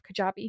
Kajabi